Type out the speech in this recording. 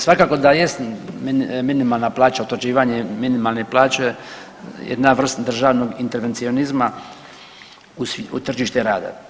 Svakako da jest minimalna plaća, utvrđivanje minimalne plaće jedna vrst državnog intervencionizma u tržište rada.